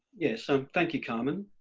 yes so thank you, carmen.